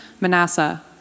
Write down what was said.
Manasseh